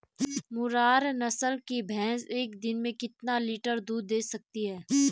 मुर्रा नस्ल की भैंस एक दिन में कितना लीटर दूध दें सकती है?